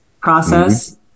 process